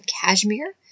cashmere